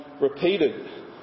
repeated